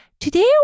Today